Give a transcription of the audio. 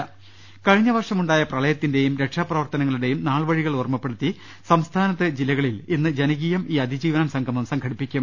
രദ്ദേഷ്ടങ കഴിഞ്ഞ് വർഷമുണ്ടായ പ്രളയത്തിന്റെയും രക്ഷാപ്രവർത്തനങ്ങളു ടെയും നാൾവഴികൾ ഓർമ്മപ്പെടുത്തി സംസ്ഥാനത്ത് ജില്ലകളിൽ ഇന്ന് ജന കീയം ഈ അതിജീവനം സംഗമം സംഘടിപ്പിക്കും